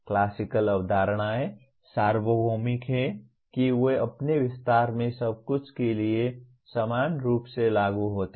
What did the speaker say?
classical अवधारणाएं सार्वभौमिक हैं कि वे अपने विस्तार में सब कुछ के लिए समान रूप से लागू होते हैं